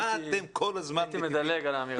כן, הייתי מדלג על האמירה הזאת.